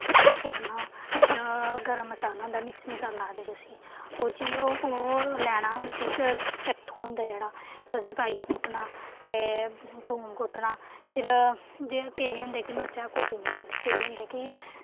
कुट्टना गरम मसाला होंदा मिक्स मसाला आखदे जुसी ओह् बी ओह् लैना उसी झट्ठु होंदा जेह्ड़ा ओह्दे ई पाइये कुट्टना ते थूम कुट्टना फिर जे केईं केईं होंदे कि मर्चां कुट्टी दियां होंदियां केईं होंदे कि